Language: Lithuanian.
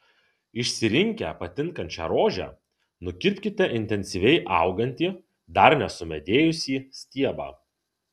išsirinkę patinkančią rožę nukirpkite intensyviai augantį dar nesumedėjusį stiebą